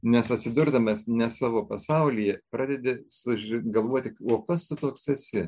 nes atsidurdamas ne savo pasaulyje pradedi suži galvoti o kas tu toks esi